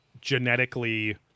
genetically